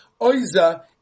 Oiza